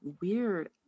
weird